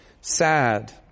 sad